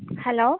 hello